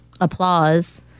applause